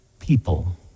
people